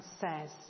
says